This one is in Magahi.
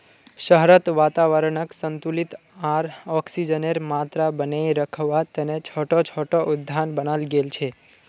शहरत वातावरनक संतुलित आर ऑक्सीजनेर मात्रा बनेए रखवा तने छोटो छोटो उद्यान बनाल गेल छे